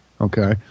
Okay